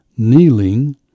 kneeling